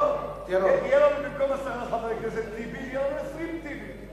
לא, במקום עשרה חברי כנסת טיבי יהיו לנו 20 טיבי.